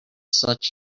such